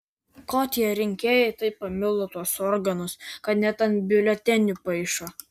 ko tie rinkėjai taip pamilo tuos organus kad net ant biuletenių paišo